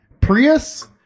Prius